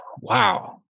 wow